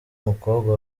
umukobwa